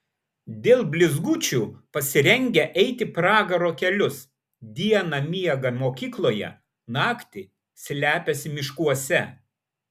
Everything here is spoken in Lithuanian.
dėl blizgučių pasirengę eiti pragaro kelius dieną miega mokykloje naktį slepiasi miškuose